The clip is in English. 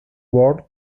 born